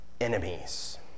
enemies